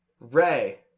Ray